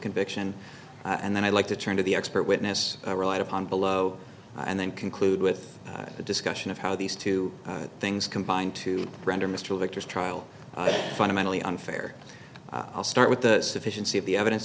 conviction and then i'd like to turn to the expert witness i relied upon below and then conclude with a discussion of how these two things combined to render mr victor's trial fundamentally unfair i'll start with the sufficiency of the evidence